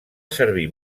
servir